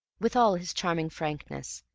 with all his charming frankness,